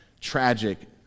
tragic